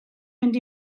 mynd